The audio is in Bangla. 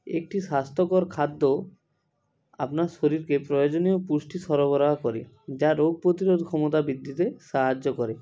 একটি স্বাস্থ্যকর খাদ্য আপনার শরীরকে প্রয়োজনীয় পুষ্টি সরবরাহ করে যা রোগ প্রতিরোধ ক্ষমতা বৃদ্ধিতে সাহায্য করে